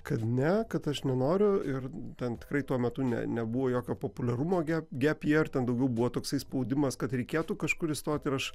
kad ne kad aš nenoriu ir ten tikrai tuo metu ne nebuvo jokio populiarumoge gep jier daugiau buvo toksai spaudimas kad reikėtų kažkur įstot ir aš